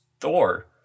Thor